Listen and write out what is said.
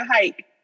hike